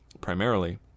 primarily